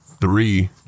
three